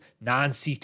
Non-CT